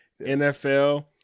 NFL